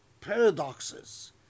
paradoxes